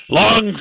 long